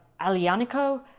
Alianico